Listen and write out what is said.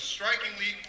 strikingly